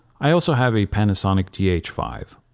i also have a panasonic g h five.